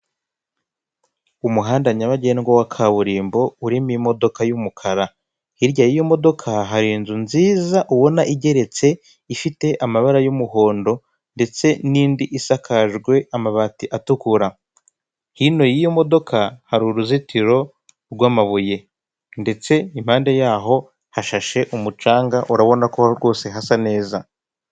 Umuhanda nyabagendwa wa kaburimbo urimo imodoka y'umukara, hirya y'iyo modoka hari inzu nziza ubona igeretse ifite amabara y'umuhondo ndetse n'indi isakajwe amabati atukura, hino y'iyo modoka hari uruzitiro rw'amabuye ndetse impande yaho hashashe umucanga urabona ko rwose hasa neza.